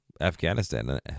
afghanistan